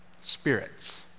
Spirits